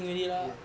yea